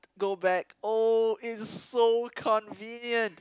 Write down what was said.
go back oh it's so convenient